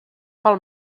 pel